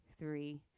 Three